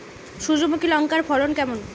সূর্যমুখী লঙ্কার ফলন কেমন?